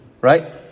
right